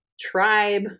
tribe